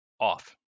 off